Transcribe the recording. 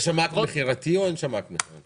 יש שם אקט של מכירה או אין אקט של מכירה?